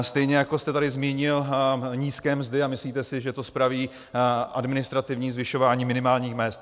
Stejně jako jste tady zmínil nízké mzdy a myslíte si, že to spraví administrativní zvyšování minimálních mezd.